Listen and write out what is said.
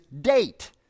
date